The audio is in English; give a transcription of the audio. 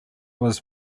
was